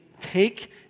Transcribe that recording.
take